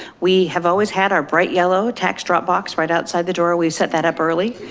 we have always had our bright yellow tax dropbox right outside the door. we've set that up early.